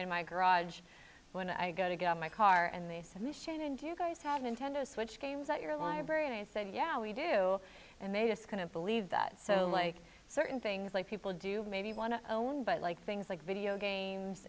in my garage when i go to get my car and they said machine and you guys had intended to switch games at your library and i said yeah we do and they just kind of believe that so like certain things like people do maybe want to own but like things like video games